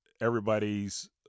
everybody's